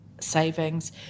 savings